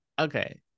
okay